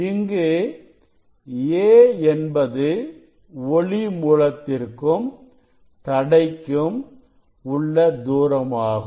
இங்கு a என்பது ஒளி மூலத்திற்கும் தடைக்கும் உள்ள தூரமாகும்